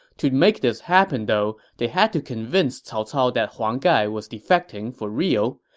to make this happen though, they had to convince cao cao that huang gai was defecting for real,